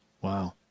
Wow